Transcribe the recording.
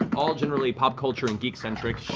all generally pop culture and geek-centric.